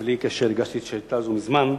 בלי קשר הגשתי את השאילתא הזאת מזמן,